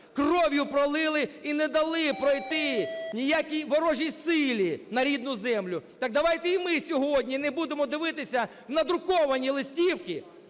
кров'ю пролили і не дали пройти ніякій ворожій силі на рідну землю. Так давайте і ми сьогодні не будемо дивитися на друковані листівки